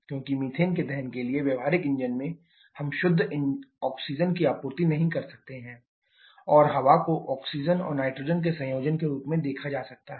क्योंकि मीथेन के दहन के लिए व्यावहारिक इंजन में हम शुद्ध ऑक्सीजन की आपूर्ति नहीं कर सकते हैं और हवा को ऑक्सीजन और नाइट्रोजन के संयोजन के रूप में देखा जा सकता है